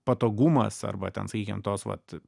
patogumas arba ten sakykim tos vat